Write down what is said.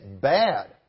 bad